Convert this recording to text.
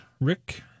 Rick